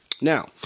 Now